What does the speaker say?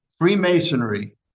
Freemasonry